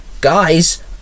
Guys